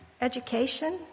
education